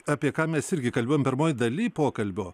apie ką mes irgi kalbėjom pirmoj daly pokalbio